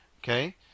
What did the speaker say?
Okay